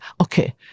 okay